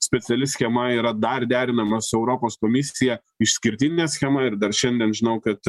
speciali schema yra dar derinama su europos komisija išskirtinė schema ir dar šiandien žinau kad